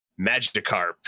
magikarp